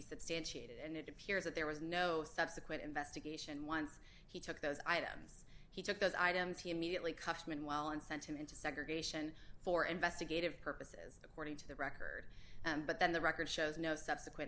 substantiated and it appears that there was no subsequent investigation once he took those items he took those items he immediately cuffed meanwhile and sent him into segregation for investigative purposes according to the record but then the record shows no subsequent